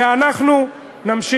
אתם מתפרעים ואנחנו בונים.